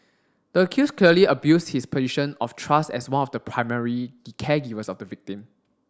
the accused clearly abused his position of trust as one of the primary caregivers of the victim